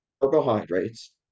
carbohydrates